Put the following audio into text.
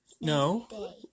No